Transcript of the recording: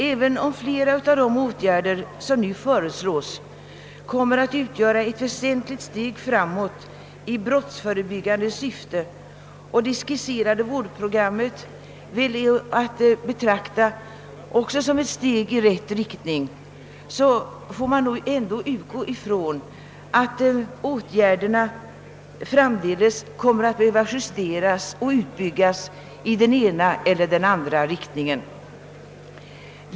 även om flera av de åtgärder som nu föreslås kommer att utgöra ett väsentligt steg framåt i brottsförebyggande syfte och det skisserade vårdprogrammet väl också är att betrakta som ett steg i rätt riktning, får man dock utgå ifrån att dessa åtgärder framdeles kommer att behöva justeras och utbyggas i den ena eller andra riktningen.